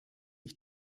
ich